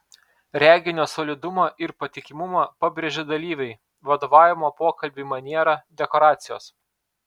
reginio solidumą ir patikimumą pabrėžia dalyviai vadovavimo pokalbiui maniera dekoracijos